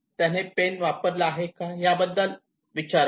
त्याने पेन वापरला आहे का याबद्दल विचाराल